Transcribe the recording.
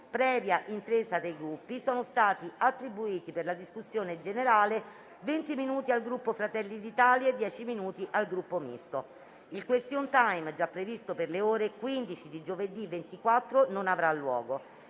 Previa intesa tra i Gruppi, sono stati attribuiti per la discussione generale venti minuti al Gruppo Fratelli d'Italia e dieci minuti al Gruppo Misto. Il *question* *time*, già previsto per le ore 15 di giovedì 24, non avrà luogo.